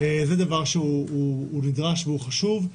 זה דבר שהוא נדרש והוא חשוב,